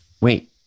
Wait